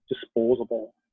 disposable